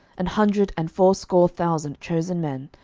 an hundred and fourscore thousand chosen men,